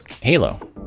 Halo